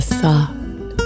soft